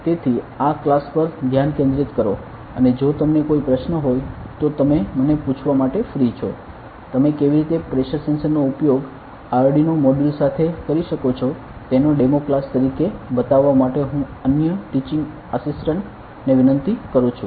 તેથી આ ક્લાસ પર ધ્યાન કેન્દ્રિત કરો અને જો તમને કોઈ પ્રશ્ન હોય તો તમે મને પૂછવા માટે ફ્રી છો તમે કેવી રીતે પ્રેશર સેન્સર નો ઉપયોગ આરડ્યુનો મોડ્યુલ સાથે કરી શકો છો તેનો ડેમો ક્લાસ તરીકે બતાવવા માટે હું અન્ય ટીચિંગ આસિસ્ટેંટ ને વિનંતી કરું છું